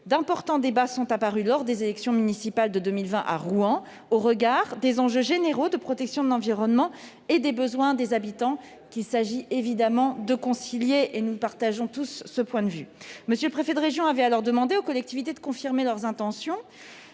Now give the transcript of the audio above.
d'importants débats se sont élevés lors des élections municipales de 2020 à Rouen, au regard des enjeux généraux de protection de l'environnement et des besoins des habitants, qu'il s'agit évidemment de concilier : nous sommes tous d'accord sur ce point. M. le préfet de région avait alors demandé aux collectivités de confirmer leurs intentions.